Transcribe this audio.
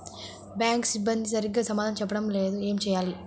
Bank సిబ్బంది సరిగ్గా సమాధానం చెప్పటం లేదు ఏం చెయ్యాలి?